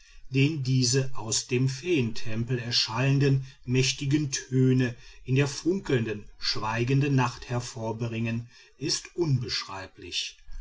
den diese aus dem feentempel erschallenden mächtigen töne in der funkelnden schweigenden nacht hervorbringen ist unbeschreiblich